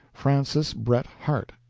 francis bret harte,